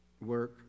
work